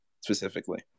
specifically